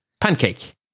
pancake